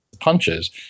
punches